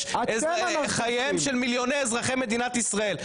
את חייהם של מיליוני אזרחי מדינת ישראל.